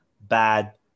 bad